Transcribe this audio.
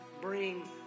bring